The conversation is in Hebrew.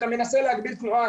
אתה מנסה להגביל תנועה,